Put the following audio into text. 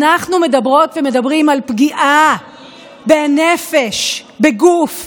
אנחנו מדברות ומדברים על פגיעה בנפש, בגוף.